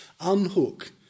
unhook